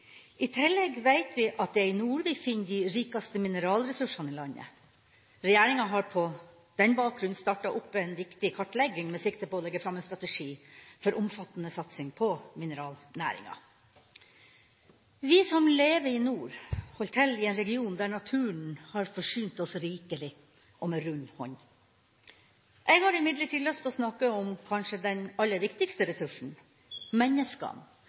I tillegg vet vi at det er i nord vi finner de rikeste mineralressursene i landet. Regjeringa har på den bakgrunn startet opp en viktig kartlegging med sikte på å legge fram en strategi for omfattende satsing på mineralnæringa. Vi som lever i nord, holder til i en region der naturen har forsynt oss rikelig, og med rund hånd. Jeg har imidlertid lyst til å snakke om den kanskje aller viktigste ressursen: menneskene